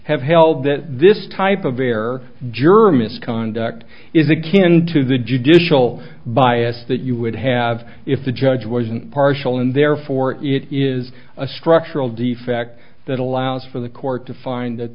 have held that this type of error juror misconduct is akin to the judicial bias that you would have if the judge wasn't partial and therefore it is a structural defect that allows for the court to find that